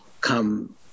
come